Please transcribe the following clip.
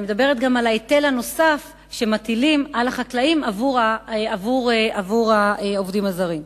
אני מדברת גם על ההיטל הנוסף שמטילים על החקלאים עבור העובדים הזרים.